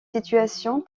situations